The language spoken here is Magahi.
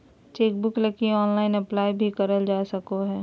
चेकबुक लगी ऑनलाइन अप्लाई भी करल जा सको हइ